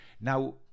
Now